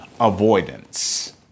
avoidance